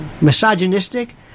misogynistic